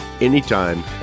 anytime